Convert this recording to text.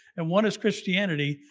and one is christianity,